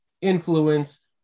influence